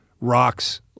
Rock's